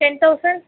ten thousand